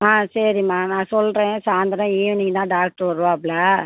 ஆ சரிம்மா நான் சொல்லுறேன் சாய்ந்தரம் ஈவினிங் தான் டாக்டர் வருவாப்புல